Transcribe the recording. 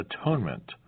atonement